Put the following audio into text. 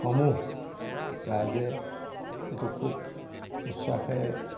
সমূহ ৰাইজে এইটো খুব উচ্ছাসেৰে